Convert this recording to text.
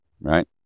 Right